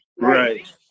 Right